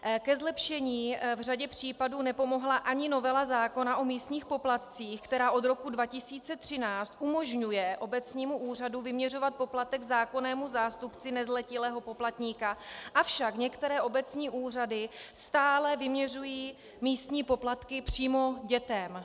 Ke zlepšení v řadě případů nepomohla ani novela zákona o místních poplatcích, která od roku 2013 umožňuje obecnímu úřadu vyměřovat poplatek zákonnému zástupci nezletilého poplatníka, avšak některé obecní úřady stále vyměřují místní poplatky přímo dětem.